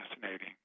fascinating